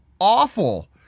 awful